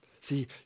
See